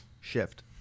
Shift